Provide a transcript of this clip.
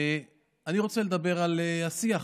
אני רוצה לדבר על השיח.